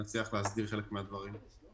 כדי להחזיר את המצב